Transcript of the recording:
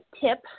tip